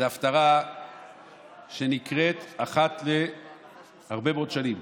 זו הפטרה שנקראת אחת להרבה מאוד שנים.